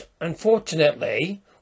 Unfortunately